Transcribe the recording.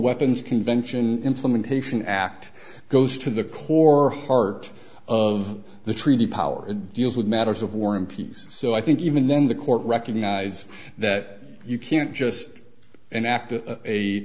weapons convention implementation act goes to the core heart of the treaty power it deals with matters of war and peace so i think even then the court recognize that you can't just an act